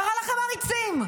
קרא לכם עריצים.